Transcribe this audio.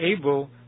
able